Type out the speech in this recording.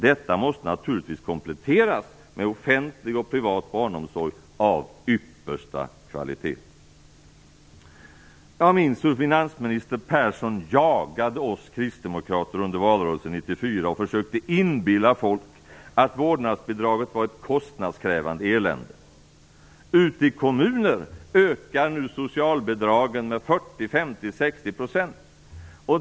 Detta måste naturligtvis kompletteras med offentlig och privat barnomsorg av yppersta kvalitet. Jag minns hur finansminister Persson jagade oss kristdemokrater under valrörelsen 1994 och försökte inbilla folk att vårdnadsbidraget var ett kostnadskrävande elände. Ute i kommunerna ökar nu socialbidragen med 40, 50, 60 %.